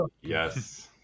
yes